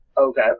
Okay